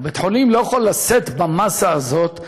בית-החולים לא יכול לשאת במאסה הזאת.